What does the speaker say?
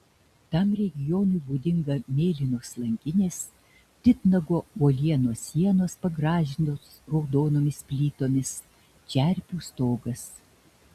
tam regionui būdinga mėlynos langinės titnago uolienos sienos pagražintos raudonomis plytomis čerpių stogas